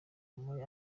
muri